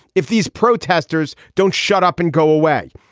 if these protesters don't shut up and go away.